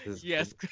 yes